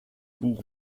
buch